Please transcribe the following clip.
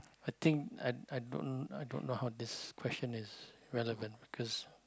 I think I I don't i don't know how this question is relevant because